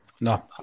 No